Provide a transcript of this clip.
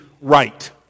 right